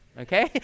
okay